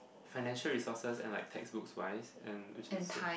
financial resources and like textbooks wise and which is also